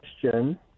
question